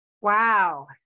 Wow